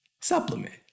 supplement